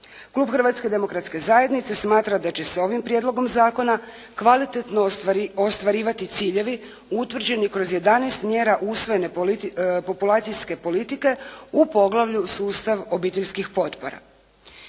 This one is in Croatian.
Klub Hrvatske demokratske zajednice smatra da će se ovim prijedlogom zakona kvalitetno ostvarivati ciljevi utvrđeni kroz 11 mjera usvojene populacijske politike u poglavlju – Sustav obiteljskih potpora.